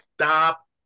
stop